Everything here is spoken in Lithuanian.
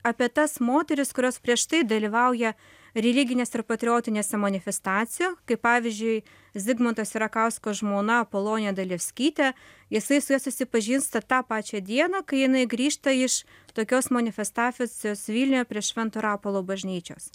apie tas moteris kurios prieš tai dalyvauja religinėse ir patriotinėse manifestacijose kaip pavyzdžiui zigmanto sierakausko žmona apolonija dalevskytė jisai su ja susipažįsta tą pačią dieną kai jinai grįžta iš tokios manifestacijos vilniuje prie švento rapolo bažnyčios